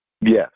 Yes